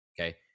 okay